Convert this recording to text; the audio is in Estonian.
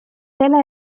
selle